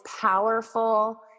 powerful